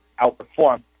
outperform